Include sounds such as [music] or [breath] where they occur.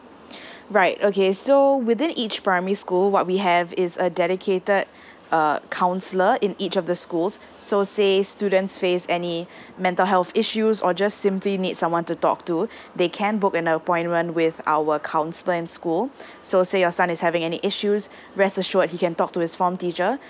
[breath] right okay so within each primary school what we have is a dedicated uh counsellor in each of the schools so say students face any mental health issues or just simply need someone to talk to they can book an appointment with our counsellor in school so say your son is having any issues rest assured he can talk to his form teacher